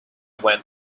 went